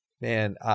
man